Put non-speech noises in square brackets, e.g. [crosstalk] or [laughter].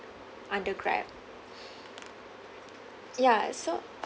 under Grab [breath] ya so